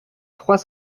trois